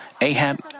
Ahab